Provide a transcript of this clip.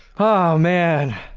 oh man!